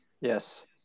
yes